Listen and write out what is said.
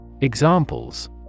Examples